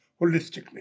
holistically